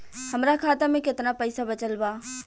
हमरा खाता मे केतना पईसा बचल बा?